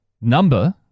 number